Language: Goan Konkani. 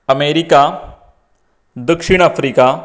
अमेरिका दक्षिण अफ्रिका